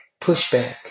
pushback